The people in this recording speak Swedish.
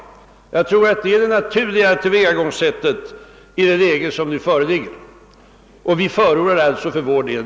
Det tror jag är det naturliga tillvägagångssättet i nuvarande läge, och det förordar vi därför för vår del.